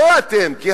לא אתם, כי